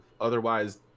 otherwise